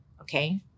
okay